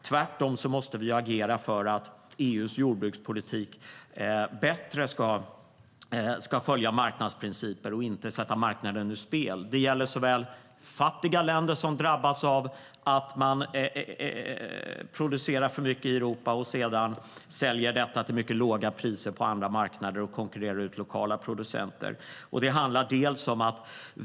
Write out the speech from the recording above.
Tvärtom måste vi agera för att EU:s jordbrukspolitik bättre ska följa marknadsprinciper och inte sätta marknaden ur spel. Det gäller fattiga länder, som drabbas av att man producerar för mycket i Europa och sedan säljer det till låga priser på andra marknader och konkurrerar ut lokala producenter.